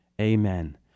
Amen